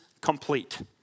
complete